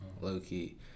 low-key